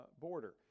border